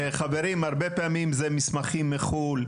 חברים, הרבה פעמים זה מסמכים מחו"ל.